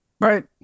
right